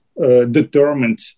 determined